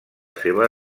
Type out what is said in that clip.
seva